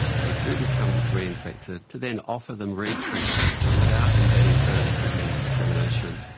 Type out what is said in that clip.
if they do become reinfected, to then offer them re-treatment without embedding further stigma and discrimination.